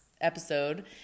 episode